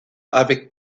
avec